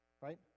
Right